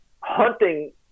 hunting